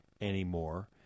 anymore